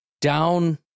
down